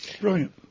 Brilliant